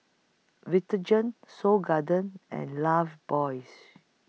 Vitagen Seoul Garden and Lifebuoys